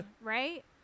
Right